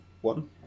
one